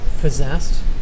possessed